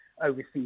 overseas